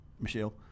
Michelle